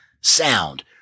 sound